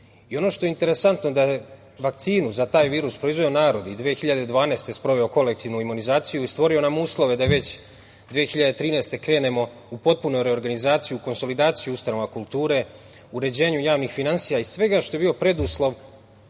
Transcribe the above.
Ono što je interesantno je da je vakcinu za taj virus proizveo narod i 2012. godine sproveo kolektivnu imunizaciju i stvorio nam uslove da već 2013. godine krenemo u potpunu reorganizaciju, konsolidaciju ustanova kulture, uređenju javnih finansija i svega što je bio preduslov